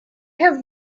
have